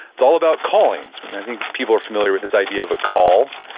it's all about callings. i think people are familiar with this idea of a call,